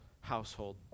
household